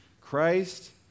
Christ